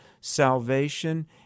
salvation